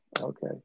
Okay